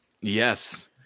Yes